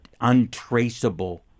untraceable